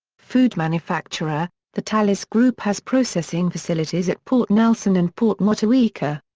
food manufacturer, the talley's group has processing facilities at port nelson and port motueka.